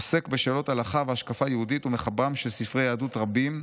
הוא עוסק בשאלות הלכה והשקפה היהודית ומחברם של ספרי יהדות רבים,